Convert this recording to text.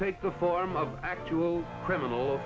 take the form of actual criminal